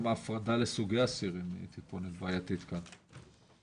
גם ההפרדה לסוגי אסירים היא טיפונת בעייתית כאן.